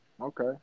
Okay